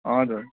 हजुर